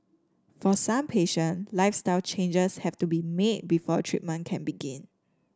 for some patient lifestyle changes have to be made before treatment can begin